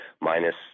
minus